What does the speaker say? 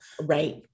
right